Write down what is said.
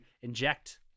inject